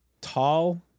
tall